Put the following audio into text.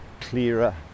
clearer